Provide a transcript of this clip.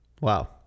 wow